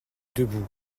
debout